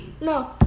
No